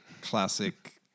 classic